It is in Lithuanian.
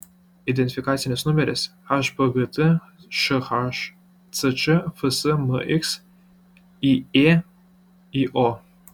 identifikacinis numeris hpgt šhcč fsmx yėyo